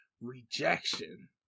rejection